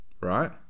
right